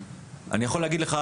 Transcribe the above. אני יכול להגיד לך,